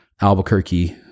Albuquerque